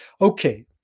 Okay